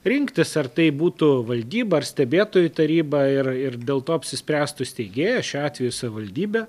rinktis ar tai būtų valdyba ar stebėtojų taryba ir ir dėl to apsispręstų steigėja šiuo atveju savaldybė